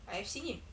I've seen him